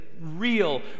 real